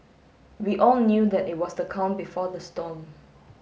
we all knew that it was the calm before the storm